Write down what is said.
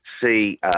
see